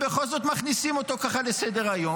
ובכל זאת מכניסים אותו ככה לסדר-היום,